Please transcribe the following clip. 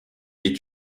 est